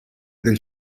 del